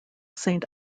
saint